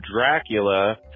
Dracula